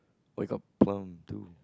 where got too